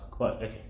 Okay